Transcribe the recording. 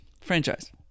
franchise